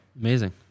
Amazing